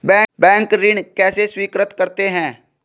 Bank ऋण कैसे स्वीकृत करते हैं?